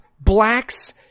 blacks